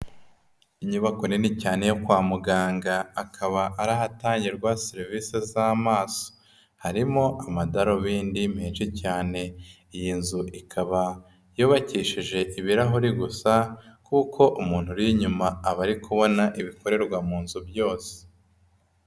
Inyubako nini cyane yo kwa muganga akaba ari ahatangirwa serivise z'amaso harimo amadarubindi menshi cyane, iyi nzu ikaba yubakishije ibirahuri gusa kuko umuntu uri inyuma aba ari kubona ibikorerwa mu nzu byose.